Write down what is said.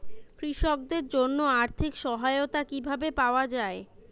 কৃষকদের জন্য আর্থিক সহায়তা কিভাবে পাওয়া য়ায়?